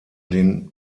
den